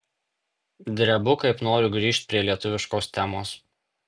drebu kaip noriu grįžt prie lietuviškos temos